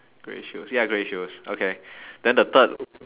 grey shoes ya grey shoes okay then the third